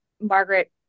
Margaret